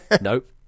nope